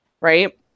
right